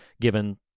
given